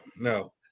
no